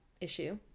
issue